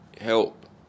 help